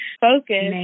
Focus